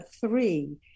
three